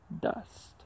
dust